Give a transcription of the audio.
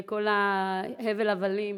הבל הבלים,